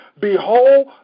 Behold